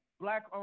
black